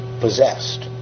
possessed